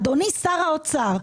אדוני שר האוצר,